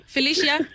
Felicia